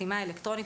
"חתימה אלקטרונית",